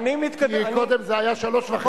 כי קודם זה היה שלוש וחצי.